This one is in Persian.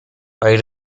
آقای